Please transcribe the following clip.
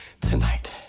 tonight